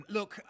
Look